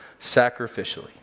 sacrificially